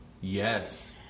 Yes